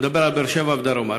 אני מדבר על באר-שבע ודרומה.